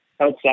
outside